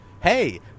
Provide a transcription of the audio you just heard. hey